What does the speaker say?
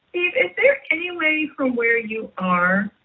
steve, is there any way from where you are,